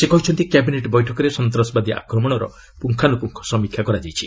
ସେ କହିଛନ୍ତି କ୍ୟାବିନେଟ୍ ବୈଠକରେ ସନ୍ତାସବାଦୀ ଆକ୍ରମଣର ପୁଙ୍ଗାନୁପୁଙ୍ଗ ସମୀକ୍ଷା କରାଯାଇଛି